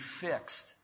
fixed